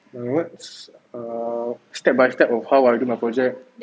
my words err step by step of how I do my project